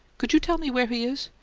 could you tell me where he is?